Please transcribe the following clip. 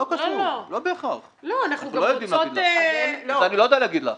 לא קשור, אני לא יכול להגיד לך.